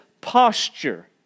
posture